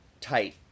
tight